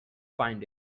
find